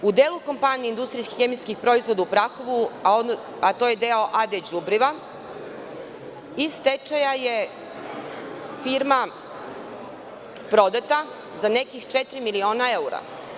I u delu kompanije „Industrija hemijskih proizvoda“ u Prahovu, a to je deo „AD Đubriva“ iz stečaja je firma prodata za nekih četiri miliona evra.